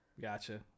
Gotcha